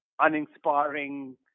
uninspiring